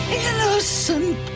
innocent